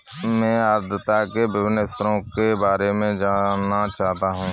मैं आर्द्रता के विभिन्न स्तरों के बारे में जानना चाहता हूं